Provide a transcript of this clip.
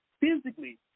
physically